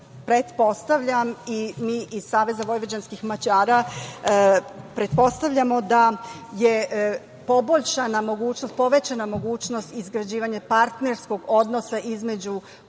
pretpostavljam i mi iz Saveza vojvođanskih Mađara pretpostavljamo da je povećana mogućnost izgrađivanja partnerskog odnosa između